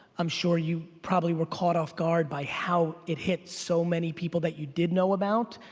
i'm sure you probably were caught off guard by how it hit so many people that you did know about.